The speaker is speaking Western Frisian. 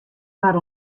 mar